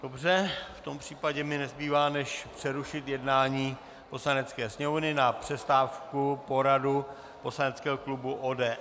Dobře, v tom případě mi nezbývá než přerušit jednání Poslanecké sněmovny na přestávku, poradu poslaneckého klubu ODS.